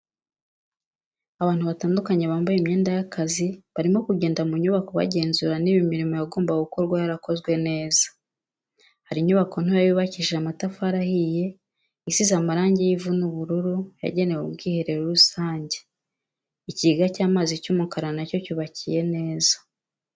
Abantu batandukanye bambaye imyenda y'akazi barimo kugenda mu nyubako bagenzura niba imirimo yagombaga gukorwa yarakozwe neza, hari inyubako ntoya yubakishije amatafari ahiye isize amarangi y'ivu n'ubururu yagenewe ubwiherero rusange ikigega cy'amazi cy'umukara nacyo cyubakiye neza.